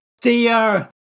Dear